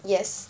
yes